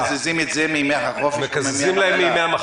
מקזזים את זה מימי החופשה שמגיעים להם.